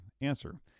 answer